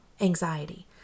anxiety